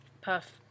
puff